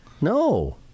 No